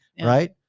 right